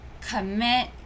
commit